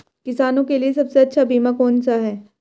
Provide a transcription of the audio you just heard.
किसानों के लिए सबसे अच्छा बीमा कौन सा है?